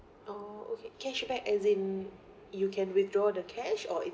oh okay cashback as in you can withdraw the cash or